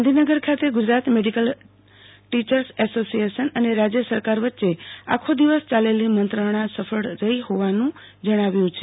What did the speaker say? ગાંધીનગર ખાતે Gujarat medical teachers association અને રાજય સરકાર વચ્ચે આખો દિવસ ચાલેલી મંત્રણા સફળ રહી હોવાનુ તમણે જણાવ્યું છે